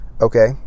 okay